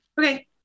okay